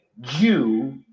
Jew